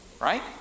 right